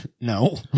No